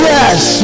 Yes